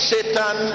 Satan